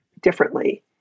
differently